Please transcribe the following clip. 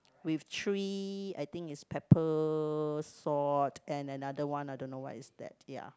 with three I think is pepper salt and another one I don't know what is that ya